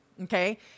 Okay